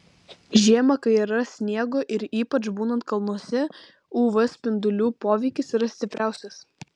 žiemą kai yra sniego ir ypač būnant kalnuose uv spindulių poveikis yra stipriausias